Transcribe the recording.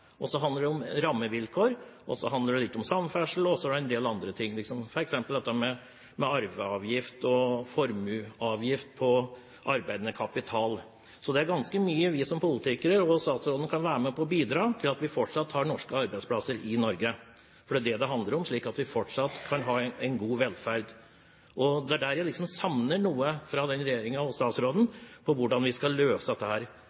Og så handler det om rammevilkår og litt om samferdsel og en del andre ting, f.eks. arveavgift og formuesskatt på arbeidende kapital. Det er ganske mye vi som politikere og statsråden kan være med på å bidra med, slik at vi fortsatt har norske arbeidsplasser i Norge. Det er dét det handler om, slik at vi fortsatt kan ha en god velferd. Der savner jeg noe fra regjeringen og statsråden, hvordan vi skal løse dette. Noe